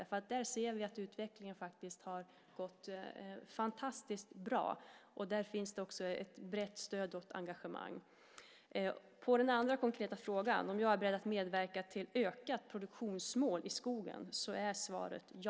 Vi ser där att utvecklingen har gått fantastiskt bra, och det finns ett brett stöd och engagemang. På den andra konkreta frågan, om jag är beredd att medverka till ett ökat produktionsmål i skogen, är svaret ja.